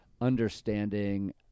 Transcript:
understanding